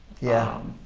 yeah,